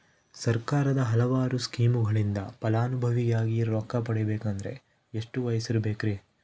ಸರ್ಕಾರದ ಹಲವಾರು ಸ್ಕೇಮುಗಳಿಂದ ಫಲಾನುಭವಿಯಾಗಿ ರೊಕ್ಕ ಪಡಕೊಬೇಕಂದರೆ ಎಷ್ಟು ವಯಸ್ಸಿರಬೇಕ್ರಿ?